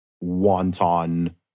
wanton